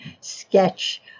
sketch